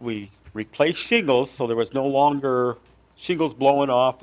we replaced shingles so there was no longer she goes blowing off